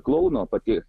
klouno pati